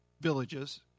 villages